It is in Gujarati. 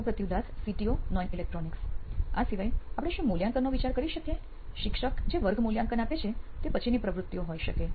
સુપ્રતિવ દાસ સીટીઓ નોઇન ઇલેક્ટ્રોનિક્સ આ સિવાય આપણે શું મૂલ્યાંકનનો વિચાર કરી શકીએ શિક્ષક જે વર્ગ મૂલ્યાંકન આપે છે તે પછીની પ્રવૃત્તિ હોઈ શકે છે